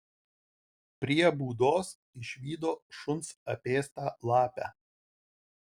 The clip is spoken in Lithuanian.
prie būdos išvydo šuns apėstą lapę